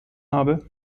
habe